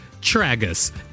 tragus